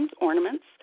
ornaments